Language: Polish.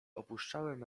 opuszczałem